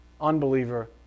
unbeliever